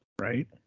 right